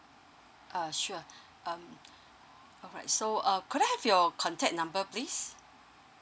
uh sure um alright so uh can I have your contact number please